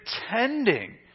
pretending